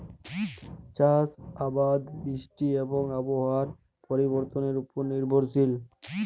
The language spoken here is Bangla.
চাষ আবাদ বৃষ্টি এবং আবহাওয়ার পরিবর্তনের উপর নির্ভরশীল